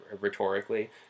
rhetorically